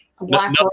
black